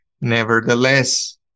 Nevertheless